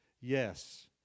Yes